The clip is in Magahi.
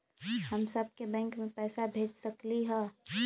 हम सब बैंक में पैसा भेज सकली ह?